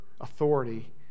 authority